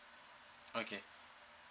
okay